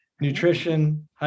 nutrition